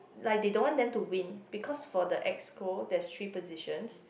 like they don't want them to win because for the Exco there's three positions